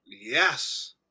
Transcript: Yes